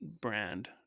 brand